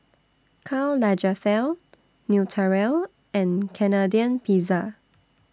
Karl Lagerfeld Naturel and Canadian Pizza